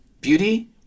beauty